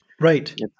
Right